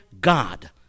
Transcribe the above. God